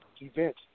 event